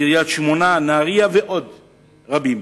קריית-שמונה, נהרייה ועוד רבים.